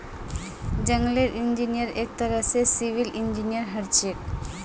जंगलेर इंजीनियर एक तरह स सिविल इंजीनियर हछेक